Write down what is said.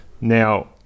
Now